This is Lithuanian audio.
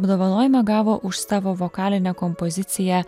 apdovanojimą gavo už savo vokalinę kompoziciją